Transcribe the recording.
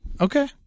Okay